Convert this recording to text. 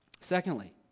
Secondly